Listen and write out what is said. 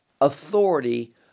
authority